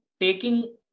taking